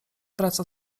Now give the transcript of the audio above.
wraca